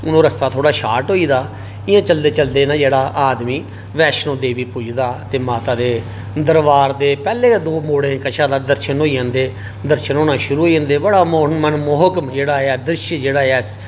हून रस्ता थोह्ड़ा शार्ट होई गेदा इ'यां चलदे चलदे न जेह्ड़ा आदमी वैष्णो देवी पजदा ऐ ते माता दे दरबार दे पैहलें गै दौं मोड़ च दर्शन होई जंदे दर्शन होना शुरु होई जंदे बड़ा मनमोहक जेहड़ा एह् द्रिश्श जेहड़ा ऐ